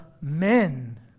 men